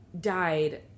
died